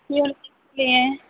के हैं